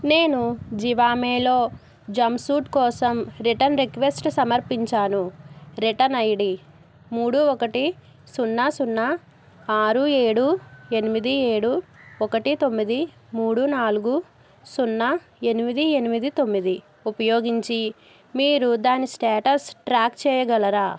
నేను జివామేలో జంప్సూట్ కోసం రిటర్న్ రిక్వెస్ట్ సమర్పించాను రిటర్న్ ఐ డీ మూడు ఒకటి సున్నా సున్నా ఆరు ఏడు ఎనిమిది ఏడు ఒకటి తొమ్మిది మూడు నాలుగు సున్నా ఎనిమిది ఎనిమిది తొమ్మిది ఉపయోగించి మీరు దాని స్టేటస్ ట్రాక్ చేయగలరా